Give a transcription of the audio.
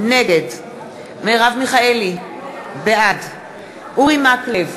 נגד מרב מיכאלי, בעד אורי מקלב,